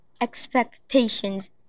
expectations